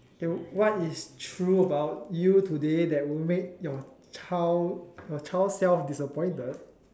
k what is true about you today that will make your child your child self disappointed